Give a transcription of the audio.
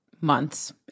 months